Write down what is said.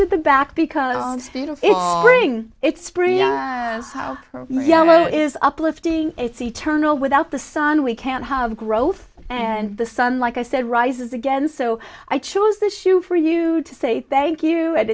to the back because it's spring is uplifting it's eternal without the sun we can't have growth and the sun like i said rises again so i chose this shoe for you to say thank you and